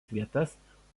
vietas